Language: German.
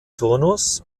turnus